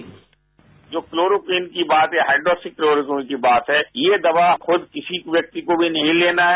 bite जो chloroquine की बात है हाइड्रोक्सीक्लोरोक्विन की बात है ये दवा खुद किसी व्यक्ति को भी नहीं लेना है